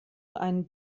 einen